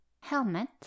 Helmet